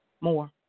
More